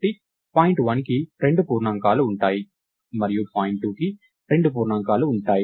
కాబట్టి పాయింట్ 1కి రెండు పూర్ణాంకాలు ఉంటాయి మరియు పాయింట్ 2కి కూడా రెండు పూర్ణాంకాలు ఉంటాయి